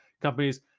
companies